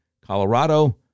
Colorado